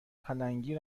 پلنگی